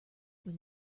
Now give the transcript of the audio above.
when